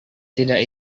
tidak